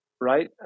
right